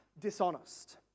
dishonest